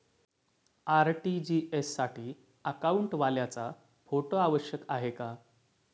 RTGS साठी अकाउंटवाल्याचा photo आवश्यक आहे का?